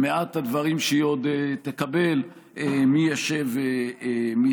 במעט הדברים שהיא עוד תקבל, מי ישב מטעמה.